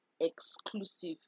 exclusive